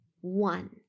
one